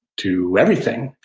to everything,